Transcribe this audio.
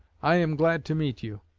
i am glad to meet you.